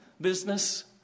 business